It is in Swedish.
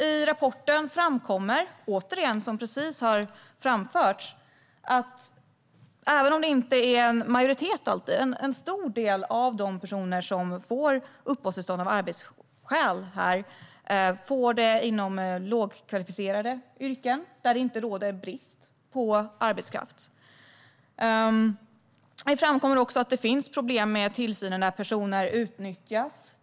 I rapporten framkommer, återigen som precis har framförts, att även om det inte rör sig om en majoritet är det så att en stor del av de personer som får uppehållstillstånd av arbetsskäl får det inom lågkvalificerade yrken där det inte råder brist på arbetskraft. Det framkommer också att det finns problem med tillsynen och att personer utnyttjas.